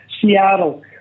Seattle